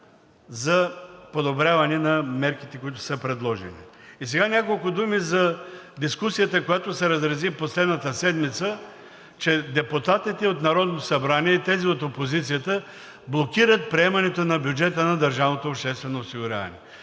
за подобряване на мерките, които са предложени. И сега няколко думи за дискусията, която се разрази последната седмица, че депутатите от Народното събрание и тези от опозицията, блокират приемането на бюджета на държавното обществено осигуряване.